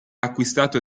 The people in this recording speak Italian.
acquistato